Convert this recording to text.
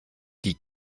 die